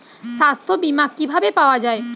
সাস্থ্য বিমা কি ভাবে পাওয়া যায়?